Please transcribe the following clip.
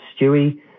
Stewie